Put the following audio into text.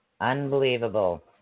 Unbelievable